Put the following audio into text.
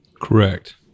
Correct